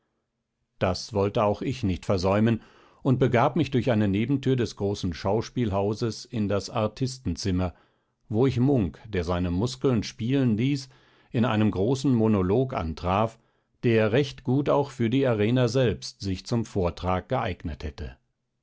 das wollte auch ich nicht versäumen und begab mich durch eine nebentür des großen schauspielhauses in das artistenzimmer wo ich munk der seine muskeln spielen ließ in einem großen monolog antraf der recht gut auch für die arena selbst sich zum vortrag geeignet hätte